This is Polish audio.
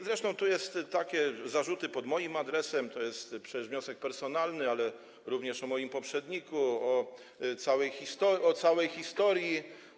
Zresztą tu są takie zarzuty pod moim adresem, to jest przecież wniosek personalny, ale również o moim poprzedniku, o całej historii.